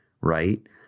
right